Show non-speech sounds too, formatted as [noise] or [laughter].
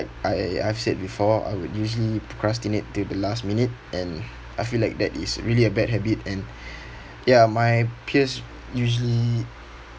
I I've said before I would usually procrastinate till the last minute and I feel like that is really a bad habit and [breath] ya my peers usually